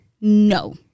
No